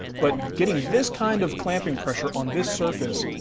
but getting this kind of clamping pressure on this surface,